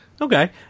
Okay